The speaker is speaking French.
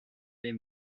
des